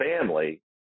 family